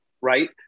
right